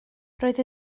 roedd